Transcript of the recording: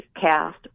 cast